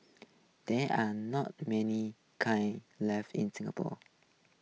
there are not many kilns left in Singapore